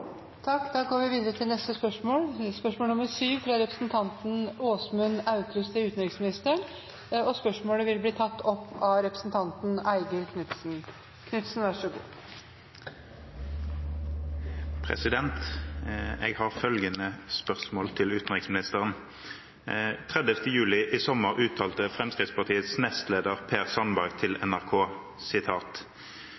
fra representanten Åsmund Aukrust til utenriksministeren, blir tatt opp av Eigil Knutsen. Jeg har følgende spørsmål til utenriksministeren: «I sommer uttalte Fremskrittspartiets nestleder Per Sandberg til